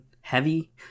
heavy